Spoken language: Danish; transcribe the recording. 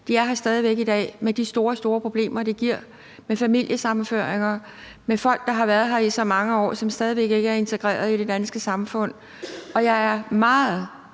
de er her stadig væk i dag med de store, store problemer, det giver med familiesammenføringer, med folk, der har været her i så mange år, og som stadig væk ikke er integreret i det danske samfund, og jeg er meget